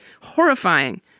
horrifying